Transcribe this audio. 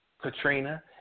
Katrina